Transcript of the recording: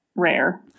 rare